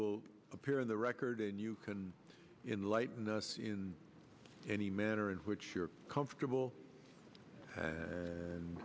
will appear in the record and you can in lightness in any manner in which you're comfortable and